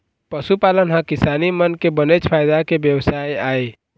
पशुपालन ह किसान मन के बनेच फायदा के बेवसाय आय